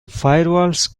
firewalls